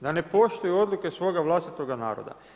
Da ne poštuju odluke svoga vlastitoga naroda.